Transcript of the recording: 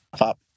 up